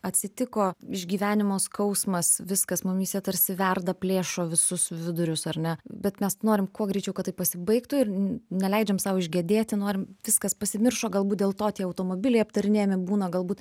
atsitiko išgyvenimo skausmas viskas mumyse tarsi verda plėšo visus vidurius ar ne bet mes norim kuo greičiau kad tai pasibaigtų ir neleidžiam sau išgedėti norim viskas pasimiršo galbūt dėl to tie automobiliai aptarinėjami būna galbūt